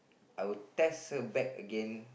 I would test her back again